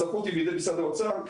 הסמכות היא בידי משרד האוצר.